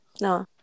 No